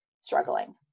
struggling